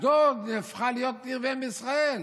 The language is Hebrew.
אשדוד נהפכה להיות עיר ואם בישראל.